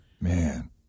Man